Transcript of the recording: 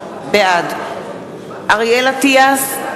בעד אריאל אטיאס,